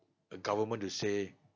a government to say